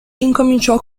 incominciò